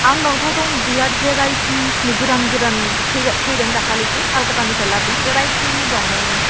आंनावथ' दं बिराद भेरायटिसनि गोदान गोदान फैदों दाखालिसो कलकाटानिफ्राय लाबोदों भेरायटिनि दं नों